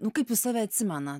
nu kaip jū save atsimenat